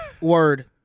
Word